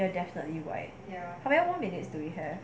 you are definitely white how many more minutes do we have